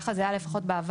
ככה זה היה לפחות בעבר,